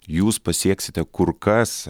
jūs pasieksite kur kas